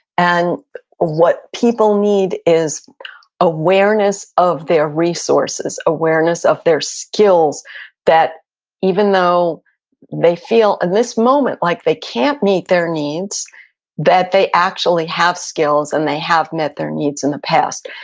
and what people need is awareness of their resources, awareness of their skills that even though they feel in this moment, like they can't meet their needs that they actually have skills and they have met their needs in the past.